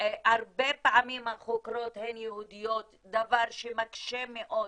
הרבה פעמים החוקרות הן יהודיות, דבר שמקשה מאוד.